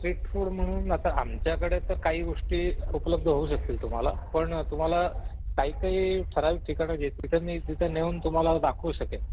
street food म्हणून आता आमच्याकडे तर काही गोष्टी उपलब्ध होऊ शकतील तुम्हाला पण तुम्हाला काही काही ठराविक ठिकाणं जे तिथं मी तिथं नेऊन तुम्हाला दाखवू शकेन